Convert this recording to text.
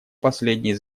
последние